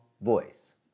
voice